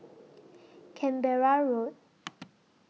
Canberra Road